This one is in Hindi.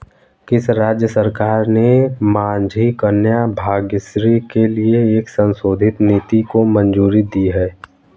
किस राज्य सरकार ने माझी कन्या भाग्यश्री के लिए एक संशोधित नीति को मंजूरी दी है?